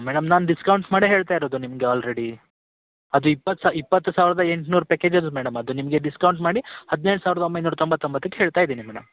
madam ನಾನು discounts ಮಾಡೇ ಹೇಳ್ತಾ ಇರೋದು ನಿಮಗೆ ಆಲ್ರೆಡಿ ಅದು ಇಪ್ಪತ್ತು ಸಾ ಇಪ್ಪತ್ತು ಸಾವಿರದ ಎಂಟುನೂರು ಪ್ಯಾಕೆಜ್ ಇರೋದು ಮೇಡಮ್ ಅದು ನಿಮಗೆ ಡಿಸ್ಕೌಂಟ್ಸ್ ಮಾಡಿ ಹದಿನೈದು ಸಾವಿರದ ಒಂಬೈನೂರ ತೊಂಬತ್ತೊಂಬತ್ತಕ್ಕೆ ಹೇಳ್ತಾ ಇದ್ದೀನಿ ಮೇಡಮ್